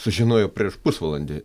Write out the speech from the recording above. sužinojo prieš pusvalandį